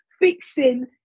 fixing